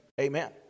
Amen